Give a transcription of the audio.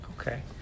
okay